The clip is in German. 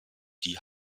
die